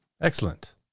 Excellent